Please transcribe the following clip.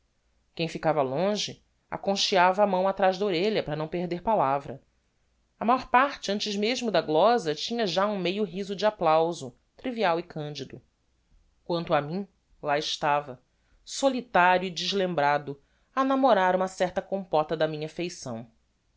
quem ficava longe aconcheava a mão atraz da orelha para não perder palavra a mór parte antes mesmo da glosa tinha já um meio riso de applauso trivial e candido quanto a mim lá estava solitario e deslembrado a namorar uma certa compota da minha feição